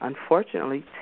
unfortunately